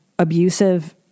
abusive